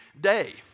day